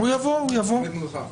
הוא יבוא, הוא יבוא.